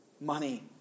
money